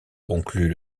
conclut